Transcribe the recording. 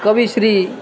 Kavi Shri